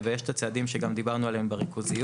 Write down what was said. ויש את הצעדים שגם דיברנו עליהם בריכוזיות.